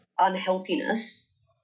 unhealthiness